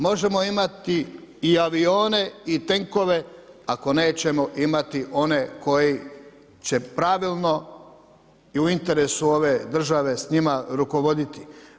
Možemo imati i avione i tenkove ako nećemo imati one koji će pravilno i u interesu ove države s njima rukovoditi.